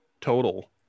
total